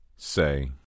Say